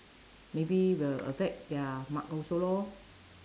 maybe will affect their mark also lor